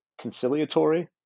conciliatory